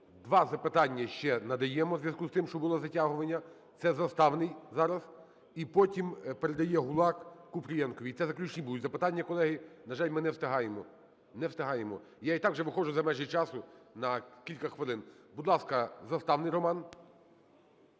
два запитання ще надаємо у зв'язку з тим, що було затягування, це Заставний зараз, і потім передає Гулак Купрієнку, і це заключні будуть запитання, колеги. На жаль, ми не встигаємо, не встигаємо, я і так вже виходжу за межі часу на кілька хвилин. Будь ласка, Заставний Роман.